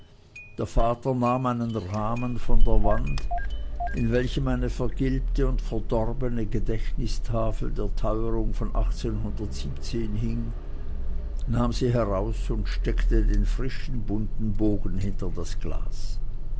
der vater nahm einen rahmen von der wand in welchem eine vergilbte und verdorbene gedächtnistafel der teuerung von hing nahm sie heraus und steckte den frischen bunten bogen hinter das glas